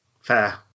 Fair